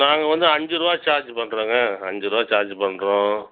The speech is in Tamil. நாங்கள் வந்து அஞ்செய்துறுவா சார்ஜ் பண்ணுறோங்க அஞ்சுரூவா சார்ஜ் பண்ணுறோம்